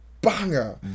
banger